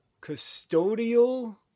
custodial